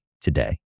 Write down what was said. today